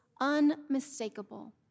unmistakable